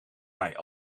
mij